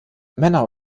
männer